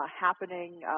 happening